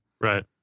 Right